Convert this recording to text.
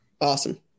Awesome